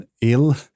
ill